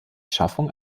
schaffung